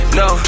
no